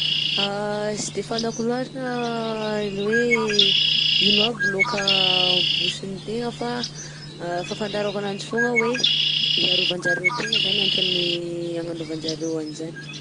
Sy de fantako loatra le hoe ino aby laoka mibonsin-tegna fa fahafantarako ananjy foagna hoe hiarovan-jareo tegna zany antony agnanovan-jareo an'zany.